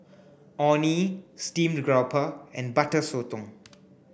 Orh Nee steamed grouper and butter sotong